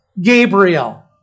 Gabriel